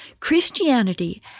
Christianity